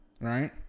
Right